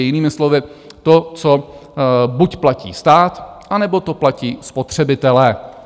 Jinými slovy to, co buď platí stát, anebo to platí spotřebitelé.